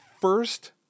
first